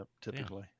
typically